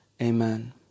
Amen